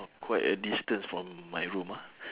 quite a distance from my room ah